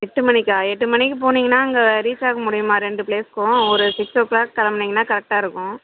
எட்டு மணிக்கா எட்டு மணிக்கு போனிங்கனால் அங்கே ரீச்சாக முடியுமா ரெண்டு ப்லேஸ்க்கும் ஒரு சிக்ஸோ க்ளாக் கெளம்புனிங்னா கரெக்ட்டாக இருக்கும்